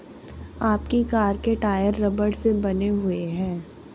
आपकी कार के टायर रबड़ से बने हुए हैं